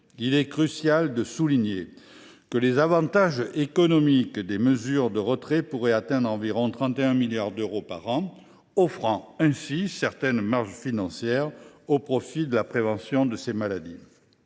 Il est crucial de le souligner, les avantages économiques des mesures de retrait pourraient atteindre environ 31 milliards d’euros par an, offrant ainsi certaines marges financières au profit de la prévention des maladies